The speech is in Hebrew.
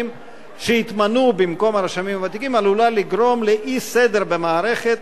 שיתמנו במקום הרשמים הוותיקים עלולה לגרום לאי-סדר במערכת